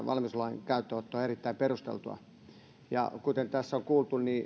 valmiuslain käyttöönotto on erittäin perusteltua kuten tässä on kuultu